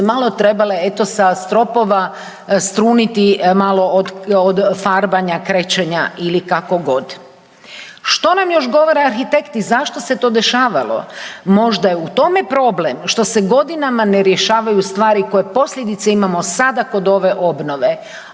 malo trebale eto sa stropova struniti malo od farbanja, krečenja ili kako god. Što nam još govore arhitekti, zašto se to dešavalo? Možda je u tome problem što se godinama je rješavaju stvari koje posljedice imamo sada kod ove obnove